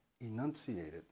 enunciated